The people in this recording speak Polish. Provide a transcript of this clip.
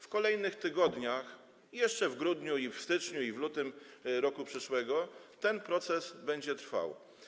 W kolejnych tygodniach, jeszcze w grudniu, w styczniu i w lutym przyszłego roku, ten proces będzie trwał.